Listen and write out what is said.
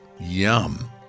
Yum